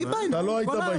אתה לא היית בישיבה.